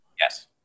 Yes